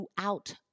throughout